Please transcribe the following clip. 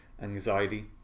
anxiety